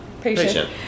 patient